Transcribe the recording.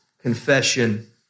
confession